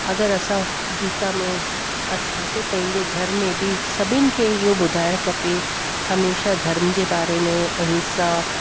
अगरि असां गीता में असांखे पंहिंजे घर में बि सभिनि खे इहो ॿुधायणो खपे हमेशह धर्म जे बारे में अहिंसा